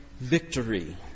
victory